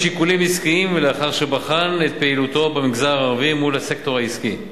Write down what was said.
משיקולים עסקיים ולאחר שבחן את פעילותו במגזר הערבי מול הסקטור העסקי.